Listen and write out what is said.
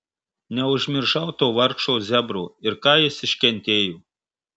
neužmiršau to vargšo zebro ir ką jis iškentėjo